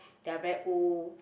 that are very old